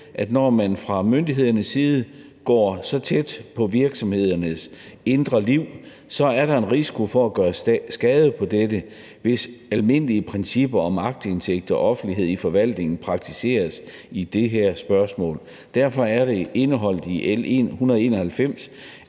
at når man fra myndighedernes side går så tæt på virksomhedernes indre liv, er der en risiko for at gøre skade på dette, hvis almindelige principper om aktindsigt og offentlighed i forvaltningen praktiseres i det her spørgsmål. Derfor er det indeholdt i L 191,